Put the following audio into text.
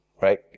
Right